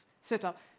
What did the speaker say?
setup